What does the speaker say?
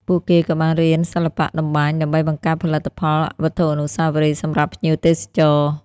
ពួកគេក៏បានរៀនសិល្បៈតម្បាញដើម្បីបង្កើតផលិតផលវត្ថុអនុស្សាវរីយ៍សម្រាប់ភ្ញៀវទេសចរ។